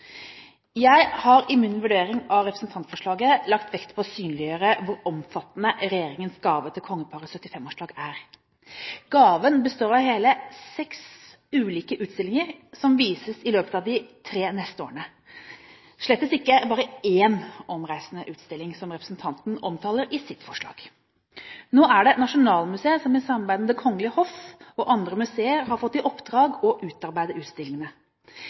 Jeg har i min vurdering av representantforslaget lagt vekt på å synliggjøre hvor omfattende regjeringens gave til kongeparets 75-årsdager er. Gaven består av hele seks ulike utstillinger som vises i løpet av de tre neste årene – slettes ikke bare én omreisende utstilling, som representantforslaget omtaler. Nå er det Nasjonalmuseet som i samarbeid med Det kongelige hoff og andre museer har fått i oppdrag å utarbeide utstillingene.